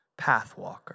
pathwalker